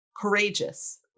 courageous